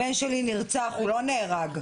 הבן שלי נרצח, הוא לא נהרג.